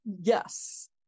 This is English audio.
Yes